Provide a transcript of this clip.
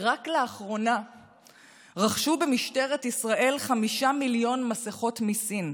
רק לאחרונה רכשו במשטרת ישראל חמישה מיליון מסכות מסין.